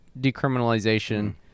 Decriminalization